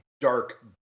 dark